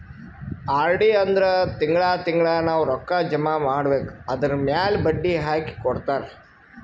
RD ಅಂದುರ್ ತಿಂಗಳಾ ತಿಂಗಳಾ ನಾವ್ ರೊಕ್ಕಾ ಜಮಾ ಮಾಡ್ಬೇಕ್ ಅದುರ್ಮ್ಯಾಲ್ ಬಡ್ಡಿ ಹಾಕಿ ಕೊಡ್ತಾರ್